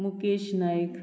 Mukesh Naik